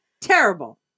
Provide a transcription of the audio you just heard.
terrible